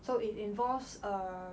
so it involves a